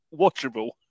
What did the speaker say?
watchable